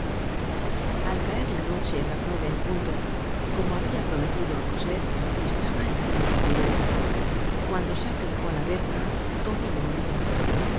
al caer la noche á las nueve en punto como habia prometido á cosette estaba en la calle plumet cuando se acercó á la verja todo lo olvidó